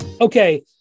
Okay